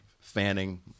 fanning